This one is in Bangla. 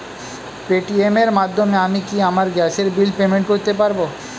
পেটিএম এর মাধ্যমে আমি কি আমার গ্যাসের বিল পেমেন্ট করতে পারব?